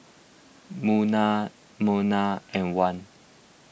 Munah Munah and Wan